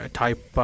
type